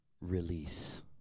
release